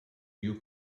your